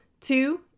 Two